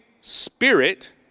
spirit